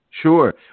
Sure